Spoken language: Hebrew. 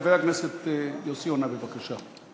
חבר הכנסת יוסי יונה, בבקשה.